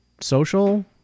social